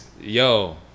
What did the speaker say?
Yo